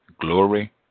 glory